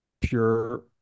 pure